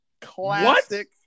Classic